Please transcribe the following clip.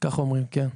כך אומרים, כן.